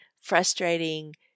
frustrating